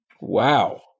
Wow